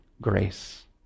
grace